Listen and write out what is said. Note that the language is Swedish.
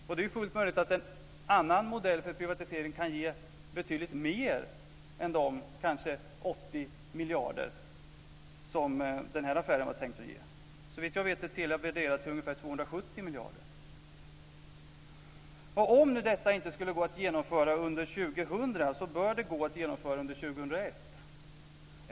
Det är fullt möjligt att en annan modell för privatisering kan ge betydligt mer än de kanske 80 miljarder som den här affären var tänkt att ge. Såvitt jag vet är Telia värderat till ungefär 270 miljarder. Om nu detta inte går att genomföra under år 2000 bör det gå att genomföra under år 2001.